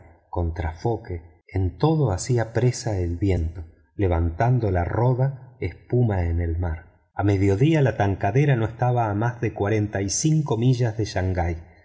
estay contrafoque en todo hacía presa el viento levantando espuma en el mar la roda a mediodía la tankadera no estaba a más de cuarenta y cinco millas de shangai